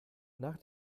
nach